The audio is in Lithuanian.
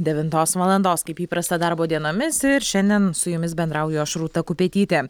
devintos valandos kaip įprasta darbo dienomis ir šiandien su jumis bendrauju aš rūta kupetytė